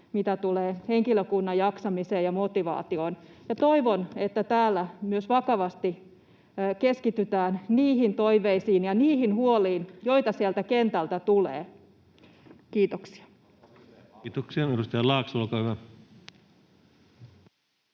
mitä tulee henkilökunnan jaksamiseen ja motivaatioon. Toivon, että täällä myös vakavasti keskitytään niihin toiveisiin ja niihin huoliin, joita sieltä kentältä tulee. — Kiitoksia. Kiitoksia. — Edustaja Laakso, olkaa hyvä.